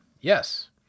Yes